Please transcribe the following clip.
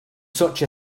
such